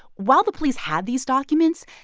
while the police had these documents,